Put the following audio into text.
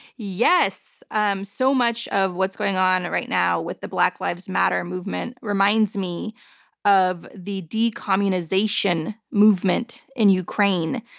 yes. um so much of what's going on right now with the black lives matter movement reminds me of the decommunization movement in ukraine.